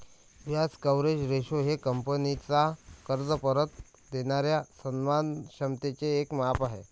व्याज coverage ratio हे कंपनीचा कर्ज परत देणाऱ्या सन्मान क्षमतेचे एक माप आहे